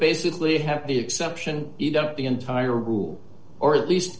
basically have the exception eat up the entire rule or at least